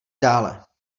dále